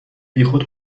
بیخود